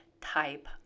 type